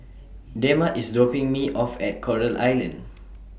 Dema IS dropping Me off At Coral Island